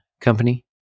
company